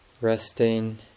Resting